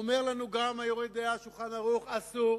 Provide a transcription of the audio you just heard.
אומר לנו גם ה"יורה דעה", "שולחן ערוך": אסור